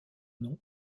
noms